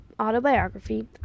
autobiography